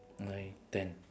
nine ten